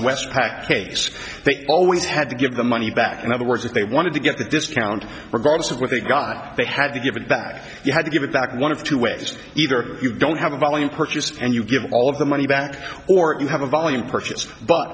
westpac case they always had to give the money back in other words if they wanted to get the discount regardless of what they got they had to give it back you had to give it back one of two ways it's either you don't have a volume purchased and you give all of the money back or you have a volume purchase but